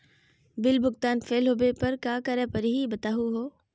Bill भुगतान fail होवे पर का करै परही, बताहु हो?